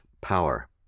power